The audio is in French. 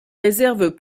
réserves